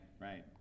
right